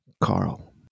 Carl